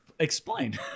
Explain